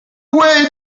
way